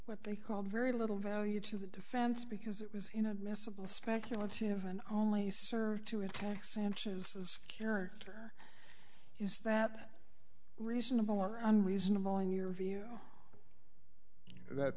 what they called very little value to the defense because it was inadmissible speculative and only serve to attack sanchez character is that reasonable or unreasonable in your view that